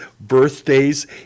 birthdays